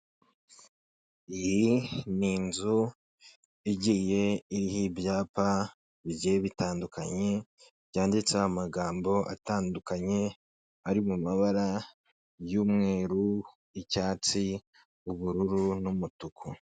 Abantu batatu bicaye muri sale y'inama, ameza arambitseho ibitabo, amazi yo kunywa hejuru, ubaha ikiganiro ubona ko ahagaze basobanura ibiri kubera muri iyo nama.